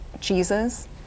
Jesus